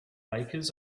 bakers